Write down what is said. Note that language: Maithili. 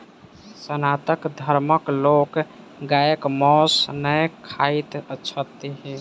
सनातन धर्मक लोक गायक मौस नै खाइत छथि